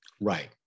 Right